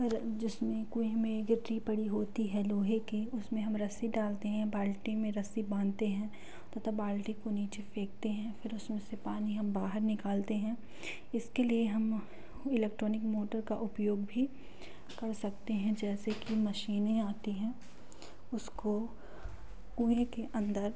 पर जिसमें कुएँ में गिट्टी पड़ी होती है लोहे की उसमें हम रस्सी डालते हैं बाल्टी में रस्सी बांधते हैं तथा बाल्टी को नीचे फेंकते हैं फिर उसमें से पानी हम बाहर निकालते हैं इसके लिए हम इलेक्ट्रॉनिक मोटर का उपयोग भी कर सकते हैं जैसे कि मशीनें आती हैं उसको कुएँ के अंदर